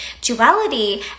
duality